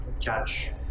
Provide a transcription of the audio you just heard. catch